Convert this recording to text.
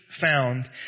found